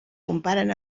comparen